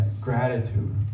gratitude